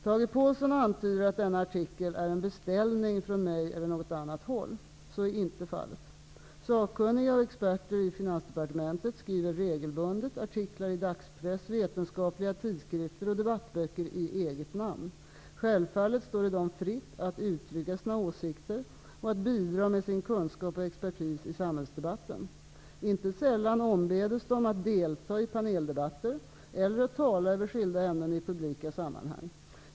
Tage Påhlsson antyder att denna artikel är en beställning från mig eller från något annat håll. Så är inte fallet. Sakkunniga och experter i finansdepartementet skriver regelbundet artiklar i dagspress, vetenskapliga tidskrifter och debattböcker i eget namn. Självfallet står det dem fritt att uttrycka sina åsikter och att bidra med sin kunskap och expertis i samhällsdebatten. Inte sällan ombeds de att delta i paneldebatter eller att tala över skilda ämnen i publika sammanhang.